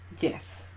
Yes